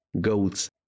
goats